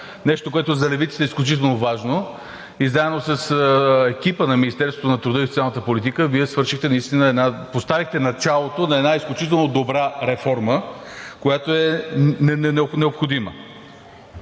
нещо, което за Левицата е изключително важно. Заедно с екипа на Министерството на труда и социалната политика Вие поставихте началото на една изключително добра реформа, която е необходима.